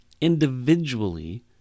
individually